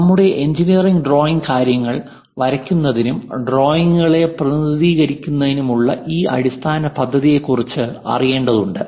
നമ്മുടെ engineering drawing കാര്യങ്ങൾ വരയ്ക്കുന്നതിനും ഡ്രോയിംഗുകളെ പ്രതിനിധീകരിക്കുന്നതിനുമുള്ള ഈ അടിസ്ഥാന പദ്ധതിയെക്കുറിച്ച് അറിയേണ്ടതുണ്ട്